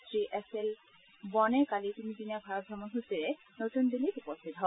শ্ৰীএছেল বৰ্ণ কালি তিনিদিনীয়া ভাৰত ভ্ৰমণসূচীৰে নতুন দিল্লীত উপস্থিত হয়